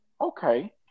okay